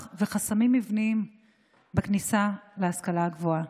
וחסמים מבניים בכניסה להשכלה גבוהה.